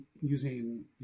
using